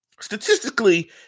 statistically